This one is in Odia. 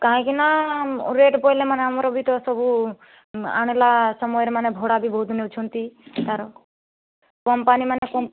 କାହିଁକି ନା ରେଟ୍ ପଇଲେ ମାନେ ଆମର ବି ତ ସବୁ ଆଣିଲା ସମୟରେ ମାନେ ଭଡ଼ା ବି ବହୁତ ନେଉଛନ୍ତି ତା'ର କମ୍ପାନୀ ମାନେ